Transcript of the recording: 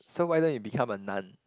so why don't you become a nun